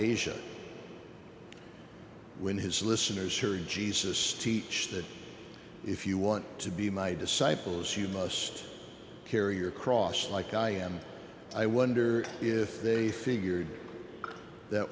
asia when his listeners here in jesus teach that if you want to be my disciples you must carry your cross like i am i wonder if they figured that